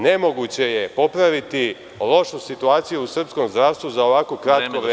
Nemoguće je popraviti lošu situaciju u srpskom zdravstvu za ovako kratko vreme.